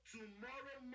Tomorrow